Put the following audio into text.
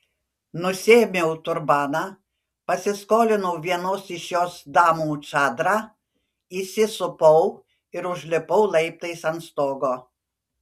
nusiėmiau turbaną pasiskolinau vienos iš jos damų čadrą įsisupau ir užlipau laiptais ant stogo